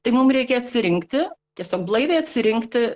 tai mum reikia atsirinkti tiesiog blaiviai atsirinkti